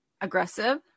aggressive